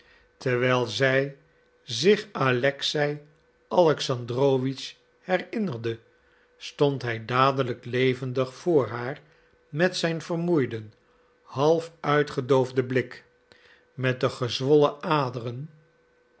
terwijl zij zich alexei alexandrowitsch herinnerde stond hij dadelijk levendig voor haar met zijn vermoeiden half uitgedoofden blik met de gezwollen aderen